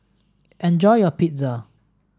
enjoy your Pizza